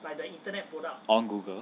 on google